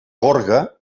gorga